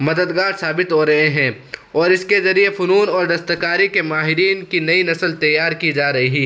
مددگار ثابت ہو رہے ہیں اور اس کے ذریعے فنون اور دستکاری کے ماہرین کی نئی نسل تیار کی جا رہی